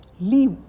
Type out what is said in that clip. Leave